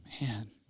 man